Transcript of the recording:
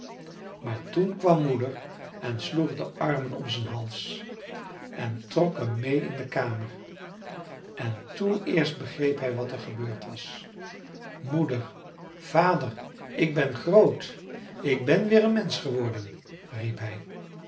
maar toen kwam moeder en sloeg de armen om zijn hals en trok hem mee in de kamer en toen eerst begreep hij wat er gebeurd was moeder vader ik ben groot ik ben weer een mensch geworden